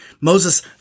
Moses